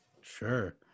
sure